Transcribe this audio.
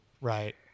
right